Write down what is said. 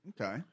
Okay